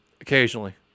Occasionally